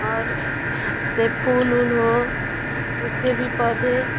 और से फूल उल हो उसके भी पौधे